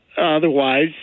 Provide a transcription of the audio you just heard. otherwise